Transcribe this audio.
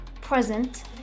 present